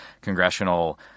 congressional